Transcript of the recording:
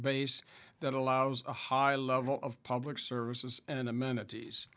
base that allows a high level of public services and amenities